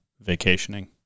vacationing